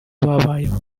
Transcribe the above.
babayeho